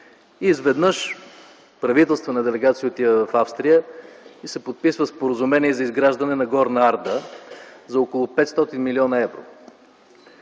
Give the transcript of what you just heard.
И изведнъж правителствена делегация отива в Австрия и се подписва споразумение за изграждане на „Горна Арда” за около 500 млн. евро.